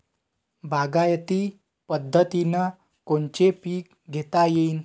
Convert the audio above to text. बागायती पद्धतीनं कोनचे पीक घेता येईन?